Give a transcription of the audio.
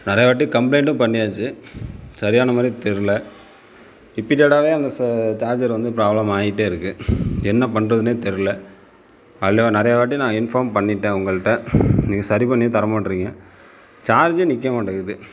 நிறையா வாட்டி கம்ப்ளைண்ட்டும் பண்ணியாச்சு சரியான மாதிரியே தெரியல ரிப்பீட்டடாகவே அந்த சார்ஜர் வந்து ப்ராப்ளம் ஆகிட்டே இருக்கு என்ன பண்றதுன்னே தெரியல அதுலேயும் நிறையா வாட்டி நான் இன்ஃபார்ம் பண்ணிவிட்டேன் உங்கள்கிட்ட நீங்கள் சரி பண்ணியே தர மாட்றீங்க சார்ஜே நிற்க மாட்டேங்குது